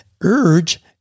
urge